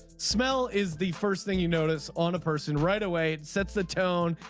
smell is the first thing you notice on a person right away. sets the tone.